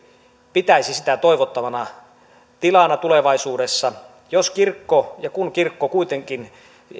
pitäisi sitä toivottavana tilana tulevaisuudessa jos ja kun kirkko kuitenkin